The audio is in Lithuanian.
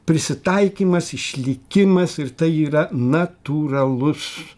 prisitaikymas išlikimas ir tai yra natūralus